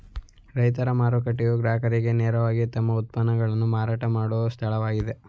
ರೈತರ ಮಾರುಕಟ್ಟೆಯು ಗ್ರಾಹಕರು ನೇರವಾಗಿ ತಮ್ಮ ಉತ್ಪನ್ನಗಳನ್ನು ಮಾರಾಟ ಮಾಡೋ ಸ್ಥಳವಾಗಿದೆ